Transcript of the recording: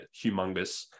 humongous